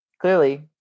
clearly